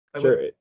Sure